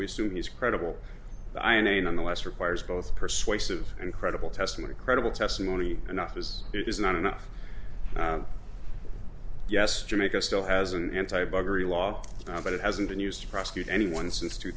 we assume he's credible i mean on the last requires both persuasive and credible testimony credible testimony enough is it is not enough yes jamaica still has an anti buggery law but it hasn't been used to prosecute anyone since two